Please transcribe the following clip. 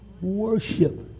Worship